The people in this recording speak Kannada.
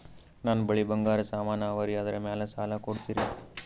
ನನ್ನ ಬಳಿ ಬಂಗಾರ ಸಾಮಾನ ಅವರಿ ಅದರ ಮ್ಯಾಲ ಸಾಲ ಕೊಡ್ತೀರಿ?